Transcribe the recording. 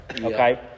okay